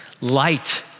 light